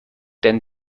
denn